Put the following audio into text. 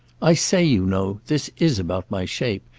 i say, you know, this is about my shape,